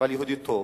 אבל יהודי טוב,